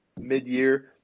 mid-year